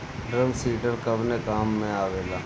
Drum seeder कवने काम में आवेला?